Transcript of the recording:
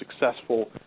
successful